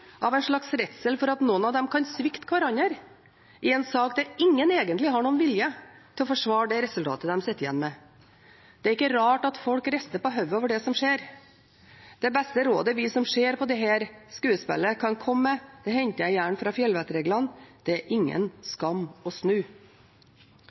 av en slags redsel for at noen av dem kan svikte hverandre i en sak der ingen egentlig har noen vilje til å forsvare det resultatet de sitter igjen med. Det er ikke rart at folk rister på hodet over det som skjer. Det beste rådet vi som ser på dette skuespillet, kan komme med, henter jeg gjerne fra fjellvettreglene: Det er ingen